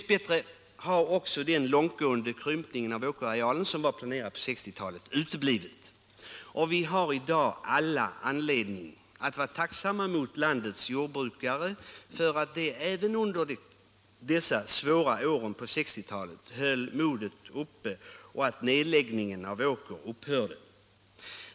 Lyckligtvis har också den långtgående krympning av åkerarealen som var planerad på 1960-talet uteblivit, och vi har i dag all anledning att vara tacksamma mot landets jordbrukare för att de även under de svåra åren under 1960-talet höll modet uppe och såg till att nedläggningen av åkerjord upphörde.